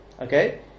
Okay